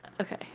Okay